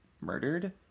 murdered